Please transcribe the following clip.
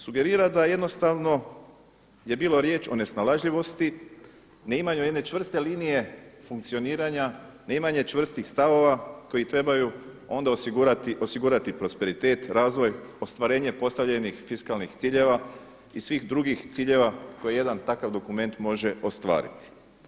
Sugerira da jednostavno je bilo riječi o nesnalažljivosti, ne imanju jedne čvrste linije funkcioniranja, neimanje čvrstih stavova koji trebaju onda osigurati prosperitet, razvoj, ostvarenje postavljenih fiskalnih ciljeva i svih drugih ciljeva koje jedan takav dokument može ostvariti.